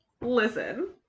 listen